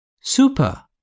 Super